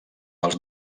dels